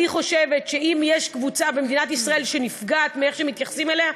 אני חושבת שאם יש קבוצה במדינת ישראל שנפגעת מאיך שמתייחסים אליה,